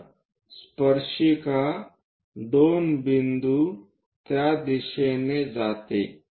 तर स्पर्शिका 2 बिंदू त्या दिशेने जाते